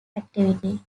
activity